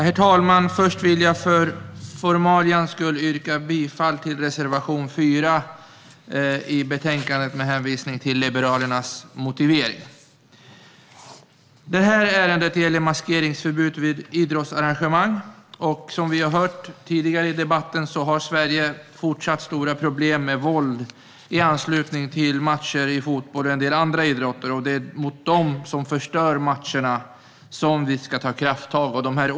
Herr talman! Först vill jag för formalias skull yrka bifall till reservation 4 i betänkandet med hänvisning till Liberalernas motivering. Ärendet gäller maskeringsförbud vid idrottsarrangemang. Som vi har hört tidigare i debatten har Sverige fortfarande stora problem med våld i anslutning till matcher i fotboll och en del andra idrotter. Det är mot dem som förstör matcherna som vi ska ta krafttag.